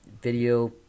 video